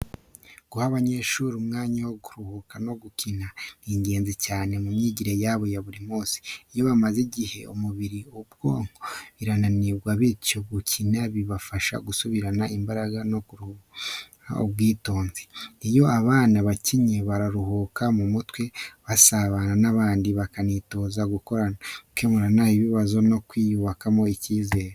Guha abanyeshuri umwanya wo kuruhuka no gukina ni ingenzi cyane mu myigire yabo ya buri munsi. Iyo bamaze igihe biga, umubiri n’ubwonko birananirwa, bityo gukina bikabafasha gusubirana imbaraga no kugarura ubwitonzi. Iyo abana bakinnye, bararuhuka mu mutwe, bagasabana n’abandi, bakanitoza gukorana, gukemura ibibazo no kwiyubakamo icyizere.